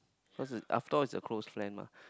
cause it I thought is a close friend lah